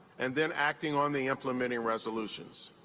and then acting on the implementing resolutions.